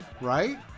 right